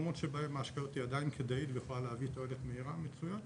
במקומות שבהם ההשקעה היא עדיין כדאית ויכולה להביא תועלת מהירה מצוין,